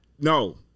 No